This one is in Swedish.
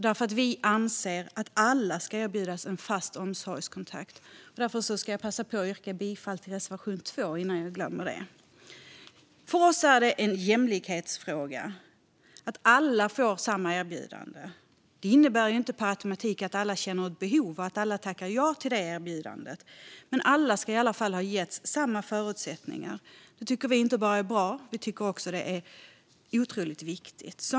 Vi anser nämligen att alla ska erbjudas en fast omsorgskontakt. Därför passar jag på att yrka bifall till reservation 2, innan jag glömmer det. För oss är det en jämlikhetsfråga att alla får samma erbjudande. Det innebär inte per automatik att alla känner ett behov och att alla tackar ja till det erbjudandet. Men alla ska i alla fall ha getts samma förutsättningar. Det tycker vi är bra. Vi tycker också att det är otroligt viktigt.